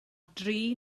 dri